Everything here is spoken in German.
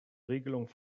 regelungen